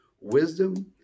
wisdom